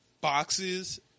boxes